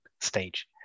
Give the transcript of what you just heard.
stage